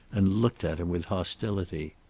and looked at him with hostility.